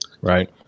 right